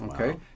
Okay